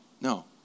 No